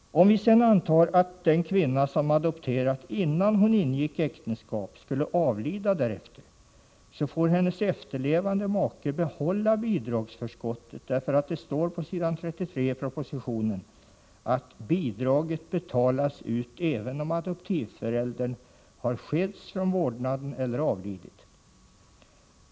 Om vi antar att den kvinna som hade adopterat innan hon ingick äktenskap skulle avlida, så får hennes efterlevande make behålla bidragsförskottet. Det står nämligen på s. 33 i propositionen att ”bidraget betalas ut även om adoptivföräldern har skiljts från vårdnaden eller avlidit”.